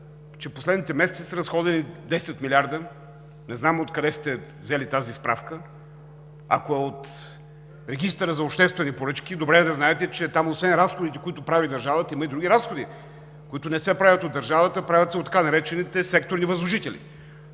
че последните месеци са разходени 10 милиарда – не знам откъде сте взели тази справка, ако е от Регистъра за обществени поръчки, добре е да знаете, че там освен разходите, които прави държавата, има и други разходи, които не се правят от държавата, правят се от така наречените „секторни възложители“,